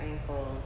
ankles